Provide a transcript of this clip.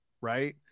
right